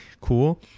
cool